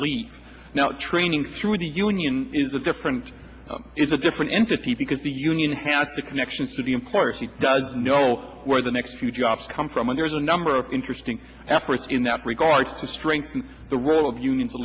leave now training through the union is a different it's a different entity because the union has to connections to the employers he does know where the next few jobs come from and there's a number of interesting efforts in that regard to strengthen the role of union